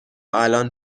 الان